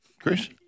Chris